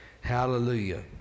Hallelujah